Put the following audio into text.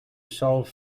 solve